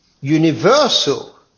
universal